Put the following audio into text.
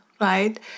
right